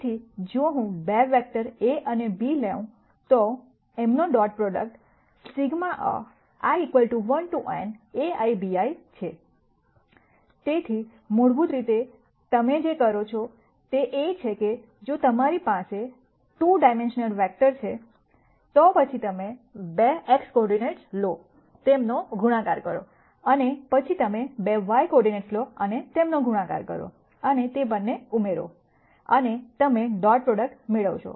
તેથી જો હું 2 વેક્ટર A અને B લેવ તો એમનો એન ડોટ પ્રોડક્ટ i1naibi છે તેથી મૂળભૂત રીતે તમે જે કરો છો તે એ છે કે જો તમારી પાસે 2 ડાઈમેન્શનલ વેક્ટર છે તો પછી તમે 2 x કોઓર્ડિનેટ્સ લો તેમને ગુણાકાર કરો અને પછી તમે 2 y કોઓર્ડિનેટ્સ લો અને તેમનો ગુણાકાર કરો અને તે બંને ઉમેરો અને તમે ડોટ પ્રોડક્ટ મેળવશો